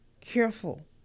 careful